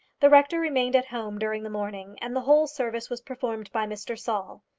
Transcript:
the rector remained at home during the morning, and the whole service was performed by mr. saul.